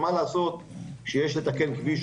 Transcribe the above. כי יש גם לתקן כביש,